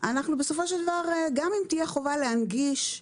גם אם תהיה חובה להנגיש,